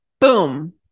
boom